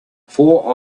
four